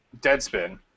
Deadspin